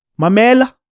Mamela